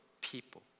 people